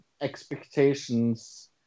expectations